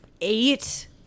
eight